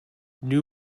new